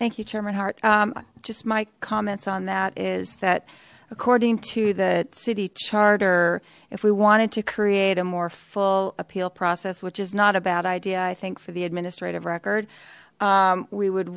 thank you chairman hart just my comments on that is that according to the city charter if we wanted to create a more full appeal process which is not a bad idea i think for the administrative record we would